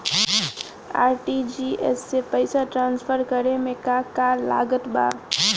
RTGS से पईसा transfer करे मे का का लागत बा?